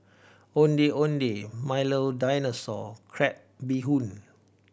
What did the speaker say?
Ondeh Ondeh Milo Dinosaur crab bee hoon